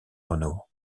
renault